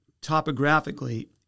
topographically